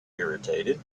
irritated